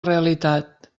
realitat